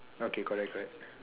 okay correct correct